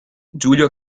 giulio